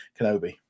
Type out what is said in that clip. kenobi